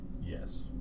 yes